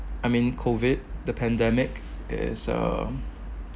I mean COVID the pandemic is uh